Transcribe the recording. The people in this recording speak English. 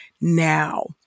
now